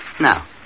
Now